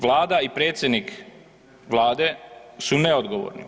Vlada i predsjednik Vlade su neodgovorni.